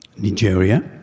Nigeria